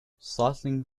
startling